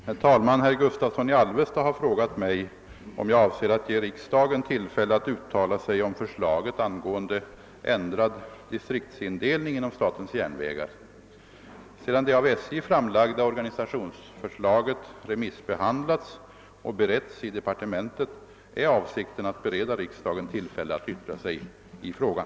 Herr talman! Herr Gustavsson i Alvesta har frågat mig om jag avser att ge riksdagen tillfälle att uttala sig om förslaget angående ändrad distriktsindelning inom statens järnvägar. Sedan det av SJ framlagda organisationsförslaget remissbehandlats och beretts i departementet är avsikten att bereda riksdagen tillfälle att yttra sig i frågan.